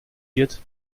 wird